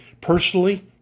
personally